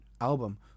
album